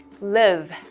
live